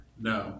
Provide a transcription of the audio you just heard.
No